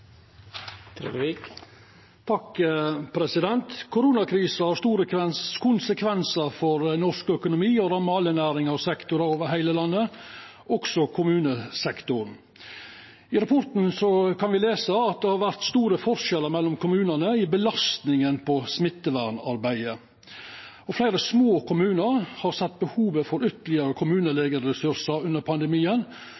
Koronakrisa har store konsekvensar for norsk økonomi og rammar alle næringar og sektorar over heile landet, også kommunesektoren. I rapporten kan me lesa at det har vore store forskjellar mellom kommunane når det gjeld belastninga i smittevernarbeidet. Fleire små kommunar har sett behovet for ytterlegare